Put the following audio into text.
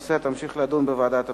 הנושא ימשיך להידון בוועדת הפנים.